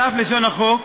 על אף לשון החוק,